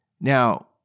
Now